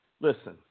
listen